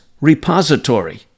repository